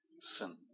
sin